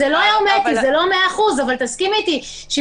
זה